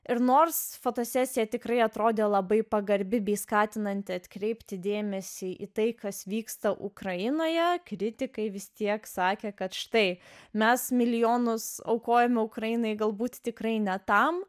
ir nors fotosesija tikrai atrodė labai pagarbi bei skatinanti atkreipti dėmesį į tai kas vyksta ukrainoje kritikai vis tiek sakė kad štai mes milijonus aukojame ukrainai galbūt tikrai ne tam